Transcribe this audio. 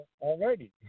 already